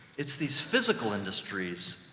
it's these physical industries,